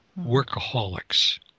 workaholics